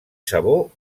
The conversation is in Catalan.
sabor